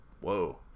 whoa